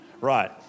Right